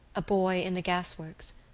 a boy in the gasworks.